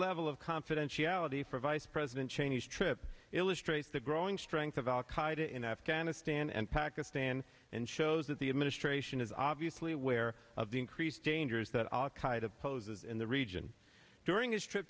level of confidentiality for vice president cheney's trip illustrates the growing strength of al qaida in afghanistan and pakistan and shows that the administration is obviously aware of the increased dangers that al qaeda poses in the region during his trip